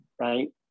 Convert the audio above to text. right